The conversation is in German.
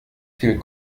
viel